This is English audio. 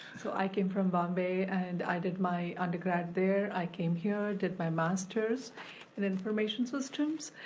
so i came from bombay and i did my undergrad there. i came here, did my master's in information systems.